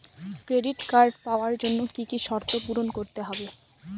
Credit card পাওয়ার জন্য কি কি শর্ত পূরণ করতে হবে?